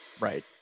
Right